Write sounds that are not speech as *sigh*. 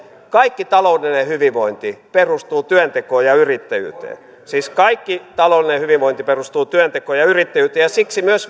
kaikki taloudellinen hyvinvointi perustuu työntekoon ja yrittäjyyteen siis kaikki taloudellinen hyvinvointi perustuu työntekoon ja yrittäjyyteen ja siksi myös *unintelligible*